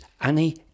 Annie